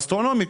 אסטרונומי,